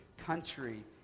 country